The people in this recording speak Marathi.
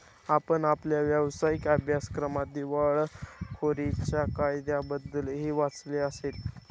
आपण आपल्या व्यावसायिक अभ्यासक्रमात दिवाळखोरीच्या कायद्याबद्दलही वाचले असेल